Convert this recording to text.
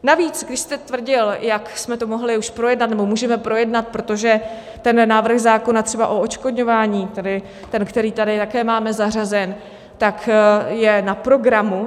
Navíc když jste tvrdil, jak jsme to mohli už projednat, nebo můžeme projednat, protože ten návrh zákona třeba o odškodňování, tedy ten, který tady také máme zařazen, je na programu.